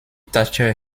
thatcher